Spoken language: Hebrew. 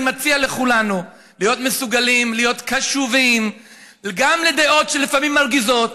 אני מציע לכולנו להיות מסוגלים להיות קשובים גם לדעות שלפעמים מרגיזות.